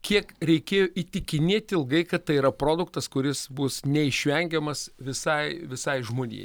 kiek reikėjo įtikinėt ilgai kad tai yra produktas kuris bus neišvengiamas visai visai žmonijai